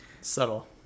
subtle